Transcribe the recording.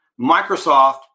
Microsoft